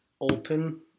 open